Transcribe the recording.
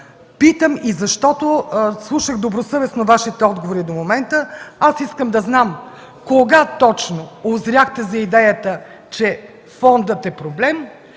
Питам и защото слушах добросъвестно Вашите отговори до момента. Искам да знам: кога точно узряхте за идеята, че фондът е проблем,